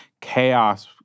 chaos